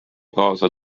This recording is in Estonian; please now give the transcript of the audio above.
kaasa